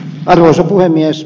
arvoisa puhemies